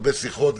הרבה שיחות,